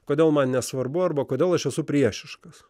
kodėl man nesvarbu arba kodėl aš esu priešiškas